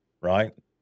right